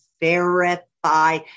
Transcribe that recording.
verify